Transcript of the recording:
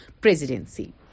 presidency